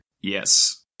Yes